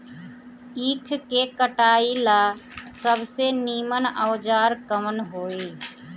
ईख के कटाई ला सबसे नीमन औजार कवन होई?